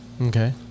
Okay